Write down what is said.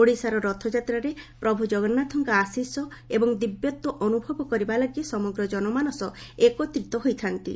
ଓଡ଼ିଶାର ରଥଯାତ୍ରାରେ ପ୍ରଭୁ ଜଗନ୍ନାଥଙ୍କ ଆଶିଷ ଏବଂ ଦିବ୍ୟତ୍ୱ ଅନୁଭବ କରିବା ଲାଗି ସମଗ୍ର ଜନମାନସ ଏକତ୍ରିତ ହୋଇଥାନ୍ତି